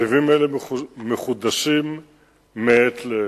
צווים אלה מחודשים מעת לעת.